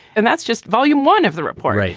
and that's just volume one of the report. right.